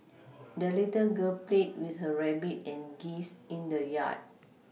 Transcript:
the little girl played with her rabbit and geese in the yard